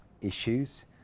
issues